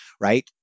right